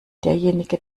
derjenige